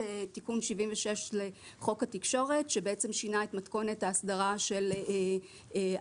תיקון 76 לחוק התקשורת שבעצם שינה את מתכונת ההסדרה של הרישוי.